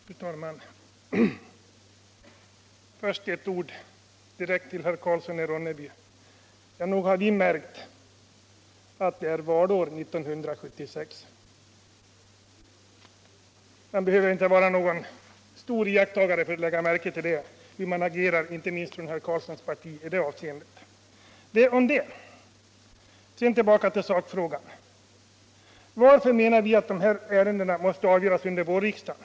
Fru talman! Först ett ord direkt till herr Karlsson i Ronneby: Ja, nog har vi märkt att det är valår 1976. Man behöver inte vara någon stor iakttagare för att lägga märke till hur inte minst herr Karlssons parti agerar i detta läge. Sedan tillbaka till sakfrågan. Varför anser vi att de här ärendena måste avgöras under vårriksdagen?